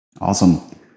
Awesome